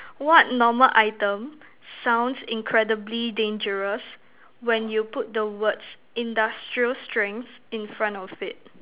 what normal item sounds incredibly dangerous when you put the words industrial strength in front of it